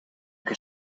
que